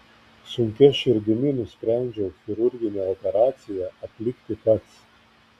sunkia širdimi nusprendžiau chirurginę operaciją atlikti pats